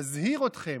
מזהיר אתכם: